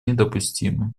недопустимы